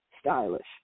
stylish